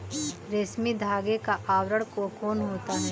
रेशमी धागे का आवरण कोकून होता है